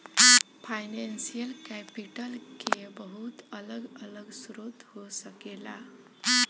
financial capital के बहुत अलग अलग स्रोत हो सकेला